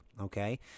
okay